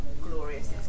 glorious